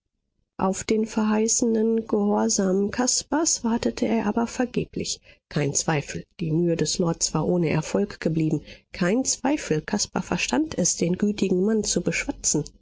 auf den verheißenen gehorsam caspars wartete er aber vergeblich kein zweifel die mühe des lords war ohne erfolg geblieben kein zweifel caspar verstand es den gütigen mann zu beschwatzen